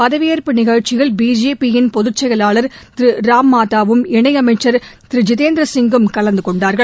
பதவியேற்பு நிகழ்ச்சியில் பிஜேபியின் பொதுச்செயலாளர் திரு ராம்மாதவும் இணையமைச்சர் திரு ஜித்தேந்திரசிங்கும் கலந்துகொண்டார்கள்